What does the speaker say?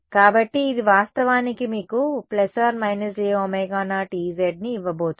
కాబట్టి ఇది వాస్తవానికి మీకు ± jω0 Ez ని ఇవ్వబోతోంది